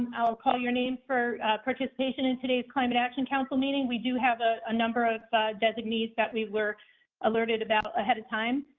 and i'll call your name for participation in today's climate action council meeting. we do have a ah number of designates that we were alerted about ahead of time.